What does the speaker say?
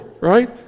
right